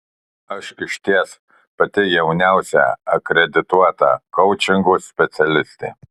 aš išties pati jauniausia akredituota koučingo specialistė